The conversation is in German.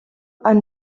ein